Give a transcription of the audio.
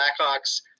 Blackhawks